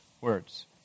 words